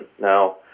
Now